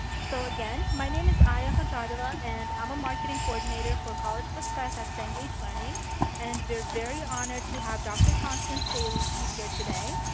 so again, my name is aya hojadova and i'm a marketing coordinator for college success at cengage learning and we are very honored to have dr. constance staley speak here today.